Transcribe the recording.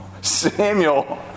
Samuel